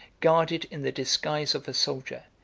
guarded in the disguise of a soldier,